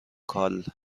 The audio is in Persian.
کالکشن